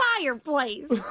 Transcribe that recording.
fireplace